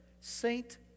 Saint